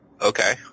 Okay